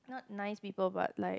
not nice people but like